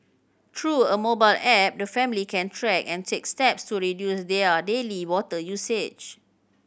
through a mobile app the family can track and take steps to reduce their daily water usage